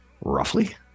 roughly